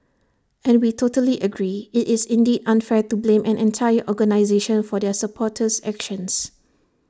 and we totally agree IT is indeed unfair to blame an entire organisation for their supporters actions